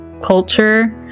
culture